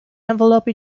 envelope